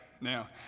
Now